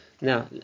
Now